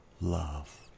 love